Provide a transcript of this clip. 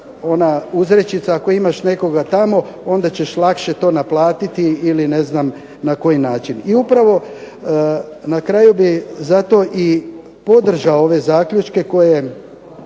ona uzrečica ako imaš nekoga tamo onda ćeš lakše to naplatiti ili ne znam na koji način. I upravo na kraju bi zato i podržao ove zaključke koje